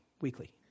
weekly